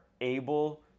able